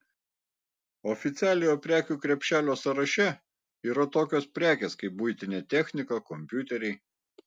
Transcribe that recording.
oficialiojo prekių krepšelio sąraše yra tokios prekės kaip buitinė technika kompiuteriai